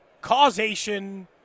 causation